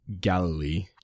Galilee